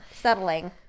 Settling